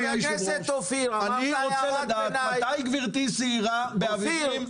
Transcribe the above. חבר הכנסת אופיר --- אני רוצה לדעת מתי גברתי סיירה באביבים,